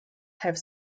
have